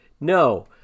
no